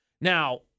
Now